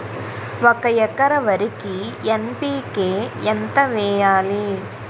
ఒక ఎకర వరికి ఎన్.పి కే ఎంత వేయాలి?